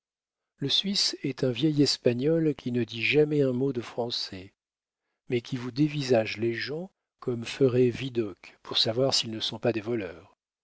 le suisse est un vieil espagnol qui ne dit jamais un mot de français mais qui vous dévisage les gens comme ferait vidocq pour savoir s'ils ne sont pas des voleurs